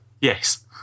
Yes